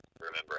remember